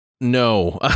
No